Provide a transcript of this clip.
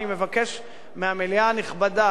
אני מבקש מהמליאה הנכבדה,